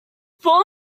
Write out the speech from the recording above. form